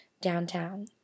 downtown